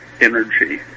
energy